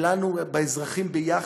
באזרחים יחד,